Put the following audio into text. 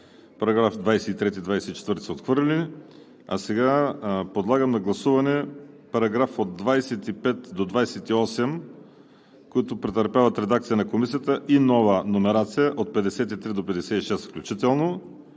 Параграф 23 и § 24 са отхвърлени. Подлагам на гласуване параграфи от 25 до 28, които претърпяват редакция на Комисията и нова номерация – от 53 до 56 включително;